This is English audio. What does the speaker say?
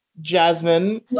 Jasmine